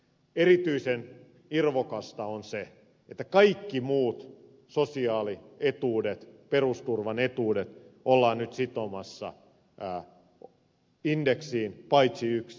erityisen irvokasta on se että kaikki muut sosiaalietuudet perusturvan etuudet ollaan nyt sitomassa indeksiin paitsi yksi